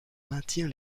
maintien